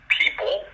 people